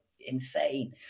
insane